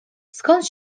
skąd